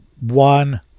one